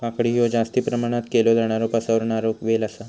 काकडी हयो जास्ती प्रमाणात केलो जाणारो पसरणारो वेल आसा